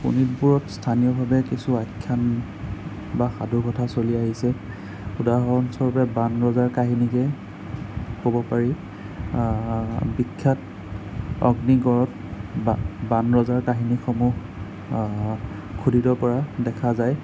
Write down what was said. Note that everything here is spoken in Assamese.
শোণিতপুৰত স্থানীয়ভাৱে কিছু আখ্যান বা সাধুকথা চলি আহিছে উদাহৰণস্বৰূপে বাণ ৰজাৰ কাহিনীকে ক'ব পাৰি বিখ্যাত অগ্নিগড়ত বা বাণ ৰজাৰ কাহিনীসমূহ খোদিত কৰা দেখা যায়